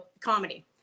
comedy